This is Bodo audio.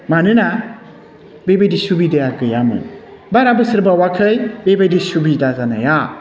मानोना बेबायदि सुबिदाया गैयामोन बारा बोसोर बावाखै बेबादि सुबिदा जानाया